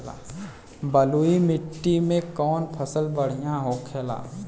बलुई मिट्टी में कौन फसल बढ़ियां होखे ला?